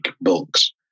books